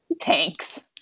tanks